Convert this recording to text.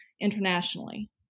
internationally